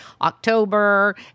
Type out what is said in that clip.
October